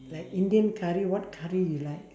like indian curry what curry you like